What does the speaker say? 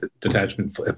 detachment